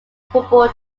football